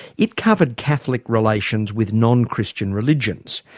it covered catholic relations with non-christian religions.